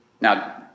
Now